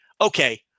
okay